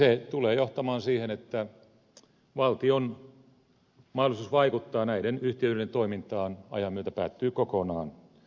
se tulee johtamaan siihen että valtion mahdollisuus vaikuttaa näiden yhtiöiden toimintaan ajan myötä päättyy kokonaan